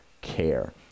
care